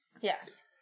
Yes